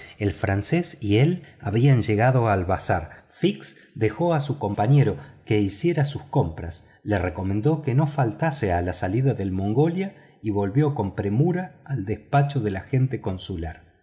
el francés y él habían llegado al bazar fix dejó a su compañero que hiciera sus compras le recomendó que no faltase a la salida del mongolia y volvió con premura al despacho del agente consular